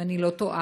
אם אני לא טועה,